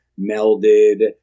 melded